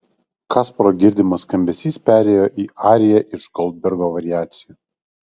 kasparo girdimas skambesys perėjo į ariją iš goldbergo variacijų